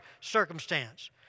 circumstance